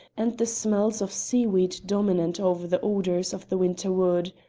and the smells of seaweed dominant over the odours of the winter wood.